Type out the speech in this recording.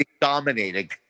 Dominating